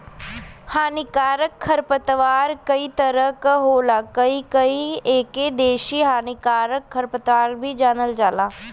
हानिकारक खरपतवार कई तरह क होला कहीं कहीं एके देसी हानिकारक खरपतवार भी जानल जाला